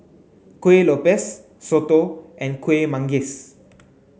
Kuih Lopes Soto and Kueh Manggis